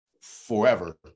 forever